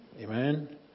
Amen